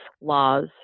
laws